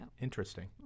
Interesting